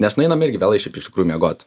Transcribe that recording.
nes nueinam irgi vėlai šiaip iš tikrųjų miegot